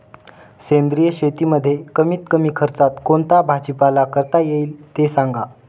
सेंद्रिय शेतीमध्ये कमीत कमी खर्चात कोणता भाजीपाला करता येईल ते सांगा